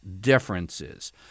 differences